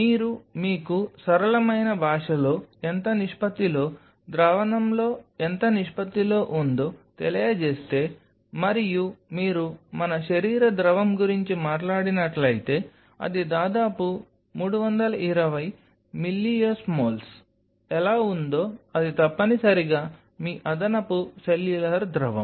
మీరు మీకు సరళమైన భాషలో ఎంత నిష్పత్తిలో ద్రావణంలో ఎంత నిష్పత్తిలో ఉందో తెలియజేస్తే మరియు మీరు మన శరీర ద్రవం గురించి మాట్లాడినట్లయితే అది దాదాపు 320 మిల్లీయోస్మోల్స్ ఎలా ఉందో అది తప్పనిసరిగా మీ అదనపు సెల్యులార్ ద్రవం